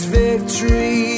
victory